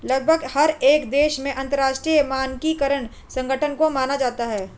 लगभग हर एक देश में अंतरराष्ट्रीय मानकीकरण संगठन को माना जाता है